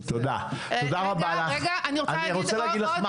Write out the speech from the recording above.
תודה, תודה רבה לך.